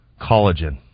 collagen